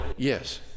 Yes